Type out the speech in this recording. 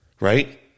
right